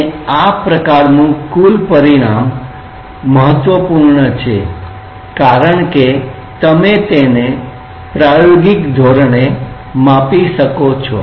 અને આ પ્રકારનું કુલ પરિણામ મહત્વપૂર્ણ છે કારણ કે તમે તેને પ્રાયોગિક ધોરણે માપી શકો છો